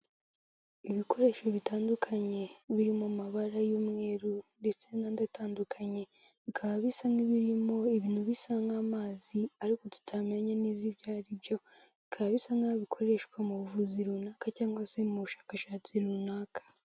Ibikoresho bitandukanye, biri mu mabara y'umweru ndetse n'andi atandukanye, bikaba bisa nk'ibirimo ibintu bisa nk'amazi, ariko tutamenya neza ibyo ari byo, bikaba bisa nk'aho bikoreshwa mu buvuzi runaka cyangwa se mu bushakashatsi runaka.